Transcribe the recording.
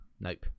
nope